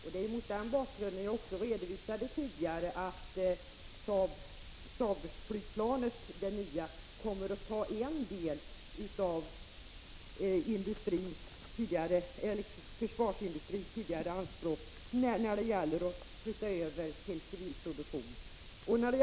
Som jag tidigare redovisade, kommer produktionen av det nya SAAB flygplanet att ta ökade resurser i anspråk, varigenom den civila andelen av produktionen ökar.